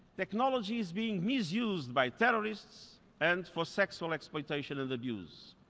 technology is being misused by terrorists and for sexual exploitation and abuse.